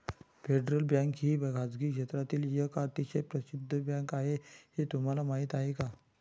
Federal Bank ही खासगी क्षेत्रातील एक अतिशय प्रसिद्ध बँक आहे हे तुम्हाला माहीत आहे का?